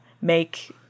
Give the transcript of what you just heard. make